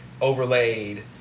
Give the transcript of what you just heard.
overlaid